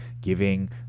giving